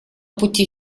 пути